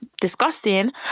disgusting